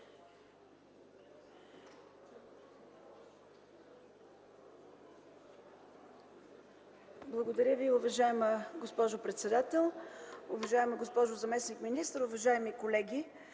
Благодаря Ви, уважаема госпожо председател. Уважаема госпожо заместник-министър, уважаеми колеги!